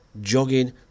jogging